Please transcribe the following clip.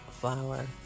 flower